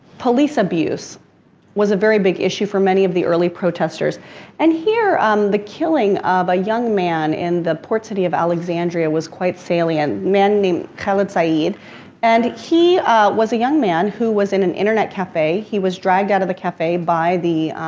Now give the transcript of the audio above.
police abuse was a very big issue for many of the early protesters and here um the killing of a young man in the port city of alexandria was quite salient. a man name khaled said, and he was a young man who was in an internet cafe. he was dragged out of the cafe by the